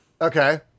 Okay